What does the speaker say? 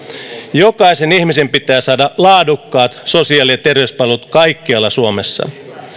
jokaisen ihmisen pitää saada laadukkaat sosiaali ja terveyspalvelut kaikkialla suomessa